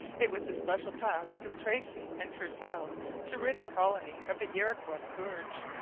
it was the special task of tracy and courcelle to rid the colony of the iroquois scourge.